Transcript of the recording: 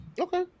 Okay